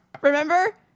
Remember